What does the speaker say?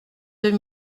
deux